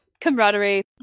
camaraderie